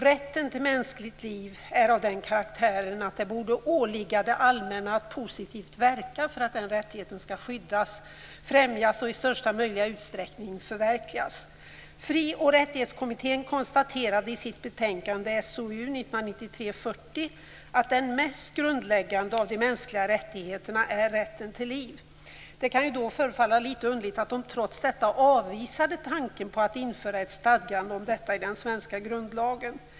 Rätten till mänskligt liv är av den karaktären att det borde åligga det allmänna att positivt verka för att den rättigheten skall skyddas, främjas och i största möjliga utsträckning förverkligas. Fri och rättighetskommittén konstaterade i sitt betänkande SOU 1993:40 att "den mest grundläggande av de mänskliga rättigheterna är rätten till liv". Det kan förefalla litet underligt att kommittén trots detta avvisade tanken på att införa ett stadgande om detta i den svenska grundlagen.